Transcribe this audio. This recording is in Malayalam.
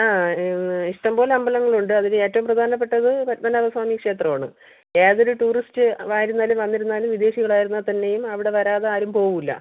ആ ഇഷ്ടംപോലെ അമ്പലങ്ങളുണ്ട് അതില് ഏറ്റവും പ്രധാനപ്പെട്ടത് പത്മനാഭ സ്വാമി ക്ഷേത്രമാണ് ഏതൊരു ടൂറിസ്റ്റ് വാരുന്നാലും വന്നിരുന്നാലും വിദേശികൾ ആരാണേൽ തന്നെയും അവിടെ വരാതെ ആരും പോകുകയില്ല